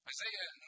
Isaiah